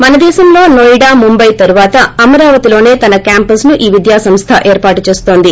మన దేశంలో నోయిడా ముంబై తర్వాత అమరావతిలోనే తన నాలుగో క్యాంపస్ను ఆ విద్యాసంస్థ ఏర్పాటు చేస్తోంది